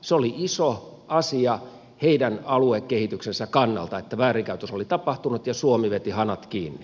se oli iso asia heidän aluekehityksensä kannalta että väärinkäytös oli tapahtunut ja suomi veti hanat kiinni